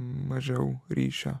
mažiau ryšio